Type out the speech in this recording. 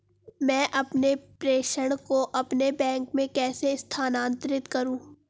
मैं अपने प्रेषण को अपने बैंक में कैसे स्थानांतरित करूँ?